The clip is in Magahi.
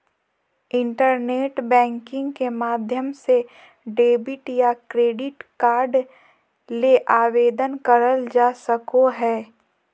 इंटरनेट बैंकिंग के माध्यम से डेबिट या क्रेडिट कार्ड ले आवेदन करल जा सको हय